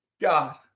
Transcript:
God